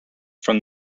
from